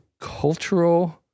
cultural